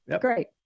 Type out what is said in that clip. Great